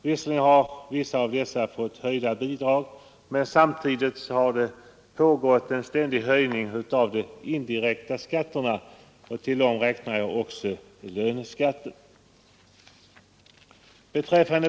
Visserligen har vissa av dessa fått höjda bidrag, men samtidigt har det pågått en ständig höjning av de indirekta skatterna, till vilka jag räknar löneskatten.